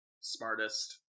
smartest